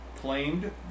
claimed